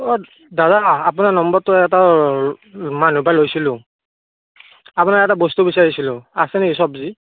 অ দাদা আপোনাৰ নম্বৰটো এটা মানুহৰ পৰা লৈছিলোঁ আপোনাৰ এটা বস্তু বিচাৰিছিলোঁ আছে নেকি চবজি